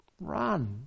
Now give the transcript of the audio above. Run